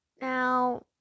Now